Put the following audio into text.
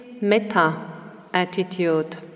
meta-attitude